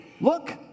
Look